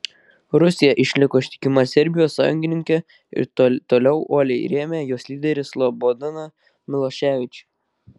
rusija išliko ištikima serbijos sąjungininkė ir toliau uoliai rėmė jos lyderį slobodaną miloševičių